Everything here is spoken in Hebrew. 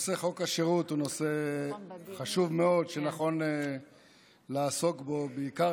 נושא חוק השירות הוא נושא חשוב מאוד שנכון לעסוק בו בעיקר